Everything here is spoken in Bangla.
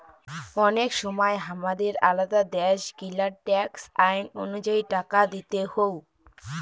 অনেক সময় হামাদের আলাদা দ্যাশ গিলার ট্যাক্স আইন অনুযায়ী টাকা দিতে হউ